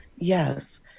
Yes